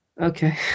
Okay